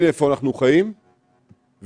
אנחנו יכולים מאוד לעזור לציבור עצמו